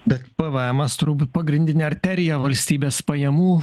bet pvemas turbūt pagrindinė arterija valstybės pajamų